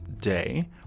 day